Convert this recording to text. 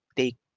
take